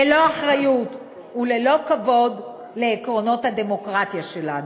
ללא אחריות וללא כבוד לעקרונות הדמוקרטיה שלנו.